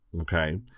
okay